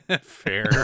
Fair